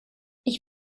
ich